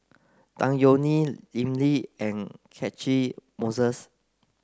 Tan Yeok Nee Lim Lee and Catchick Moses